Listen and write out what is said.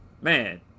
man